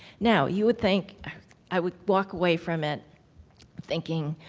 now, you would think i would walk away from it thinking,